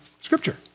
scripture